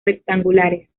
rectangulares